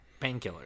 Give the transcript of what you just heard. painkillers